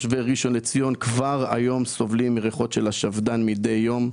תושבי ראשון לציון כבר היום סובלים מריחות של השפד"ן מידי יום.